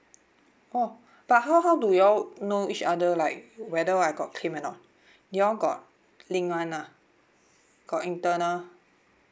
oh but how how do you all know each other like whether I got claim or not you all got link [one] lah got internal